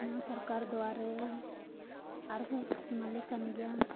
ᱱᱚᱣᱟ ᱥᱚᱨᱠᱟᱨ ᱫᱩᱣᱟᱨᱮ ᱟᱨᱦᱚᱸᱭ ᱮᱢᱟᱞᱮ ᱠᱟᱱ ᱜᱮᱭᱟ